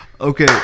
Okay